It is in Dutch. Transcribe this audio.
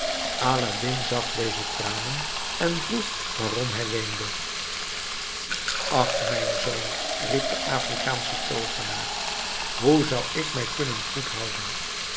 aladdin zag deze tranen en vroeg waarom hij weende ach mijn zoon riep de afrikaansche toovenaar hoe zou ik mij kunnen goed houden